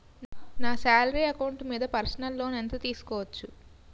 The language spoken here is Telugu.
నా సాలరీ అకౌంట్ మీద పర్సనల్ లోన్ ఎంత తీసుకోవచ్చు?